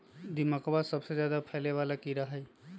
दीमकवा सबसे ज्यादा फैले वाला कीड़ा हई